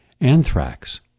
anthrax